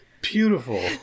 Beautiful